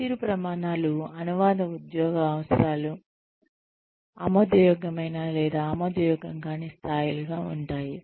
పనితీరు ప్రమాణాలు అనువాద ఉద్యోగ అవసరాలు ఆమోదయోగ్యమైన లేదా ఆమోదయోగ్యం కాని స్థాయిలుగా ఉంటాయి